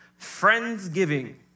Friendsgiving